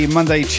Monday